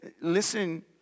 Listen